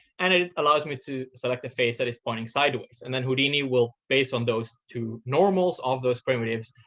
and it allows me to select a face that is pointing sideways. and then houdini will, based on those two normals of those primitives,